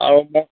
আৰু